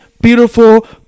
beautiful